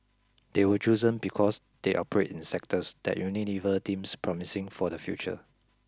they were chosen because they operate in sectors that Unilever deems promising for the future